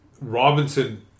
Robinson